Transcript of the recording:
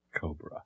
Cobra